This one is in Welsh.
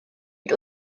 ond